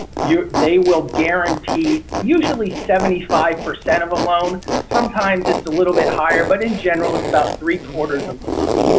they will guarantee usually seventy five percent of a loan. sometimes it's a little bit higher. but in general, it's about three-quarters of the loan.